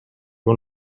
con